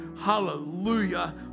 hallelujah